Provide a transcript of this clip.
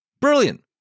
Brilliant